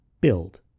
build